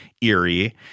eerie